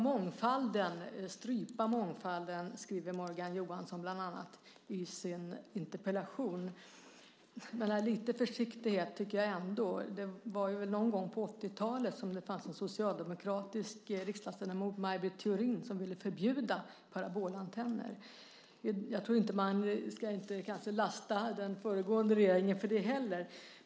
Morgan Johansson skriver i sin interpellation bland annat om att stoppa mångfalden och strypa mångfalden. Men lite försiktighet tycker jag ändå behövs. Det var väl någon gång på 1980-talet som det fanns en socialdemokratisk riksdagsledamot, Maj Britt Theorin, som ville förbjuda parabolantenner. Man ska kanske inte lasta den föregående regeringen för det heller.